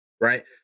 right